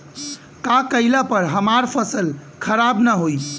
का कइला पर हमार फसल खराब ना होयी?